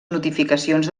notificacions